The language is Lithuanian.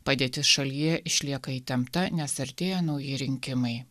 padėtis šalyje išlieka įtempta nes artėja nauji rinkimai